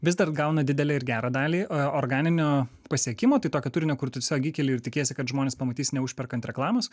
vis dar gauna didelę ir gerą dalį organinio pasiekimo tai tokio turinio kur tu tiesiog įkeli ir tikiesi kad žmonės pamatys neužperkant reklamos